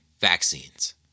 vaccines